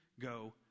go